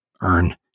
earn